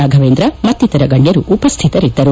ರಾಘವೇಂದ್ರ ಮತ್ತಿತರ ಗಣ್ಯರು ಉಪಸ್ಥಿತರಿದ್ದರು